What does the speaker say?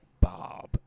Bob